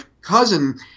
cousin